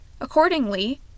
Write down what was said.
Accordingly